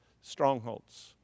strongholds